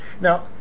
Now